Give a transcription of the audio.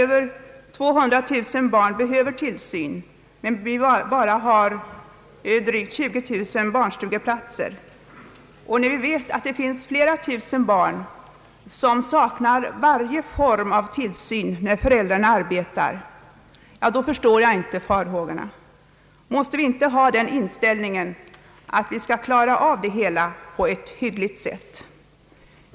Över 200 000 barn behöver tillsyn, men vi har endast drygt 20 000 barnstugeplatser. Eftersom vi också vet att det finns flera tusen barn som saknar varje form av tillsyn när föräldrarna arbetar kan jag alltså inte förstå farhågorna. Måste vi inte ha den inställningen att vi skall klara av det hela på ett hyggligt sätt?